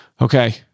Okay